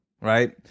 right